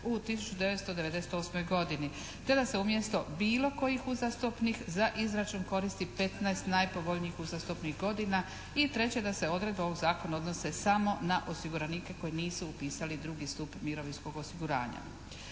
u 1998. godini te da se umjesto bilo kojih uzastopnih za izračun koristi 15 najpovoljnijih uzastopnih godina i treće da se odredbe ovog zakona odnosi samo na osiguranike koji nisu upisali drugi stup mirovinskog osiguranja.